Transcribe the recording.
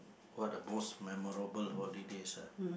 what are the most memorable holidays ah